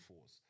force